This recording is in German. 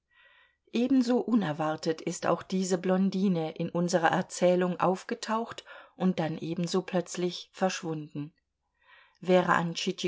ebenso unerwartet ist auch diese blondine in unserer erzählung aufgetaucht und dann ebenso plötzlich verschwunden wäre an